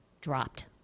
Dropped